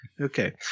Okay